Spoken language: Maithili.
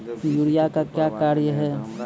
यूरिया का क्या कार्य हैं?